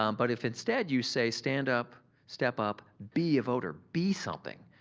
um but if instead you say stand up, step up, be a voter, be something,